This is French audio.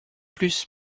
plus